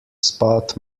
spot